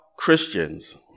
Christians